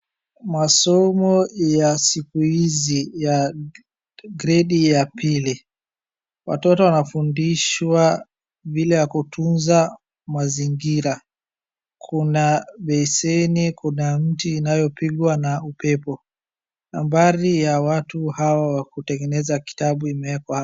Masomo ya siku hizi ya gredi ya pili, watoto wanafundishwa vile ya kutunza mazingira, kuna beseni, kuna mti inayopigwa na upepo, nambari ya watu hawa wa kutengeneza kitabu imeekwa hapo.